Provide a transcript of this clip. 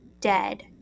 dead